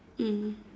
mm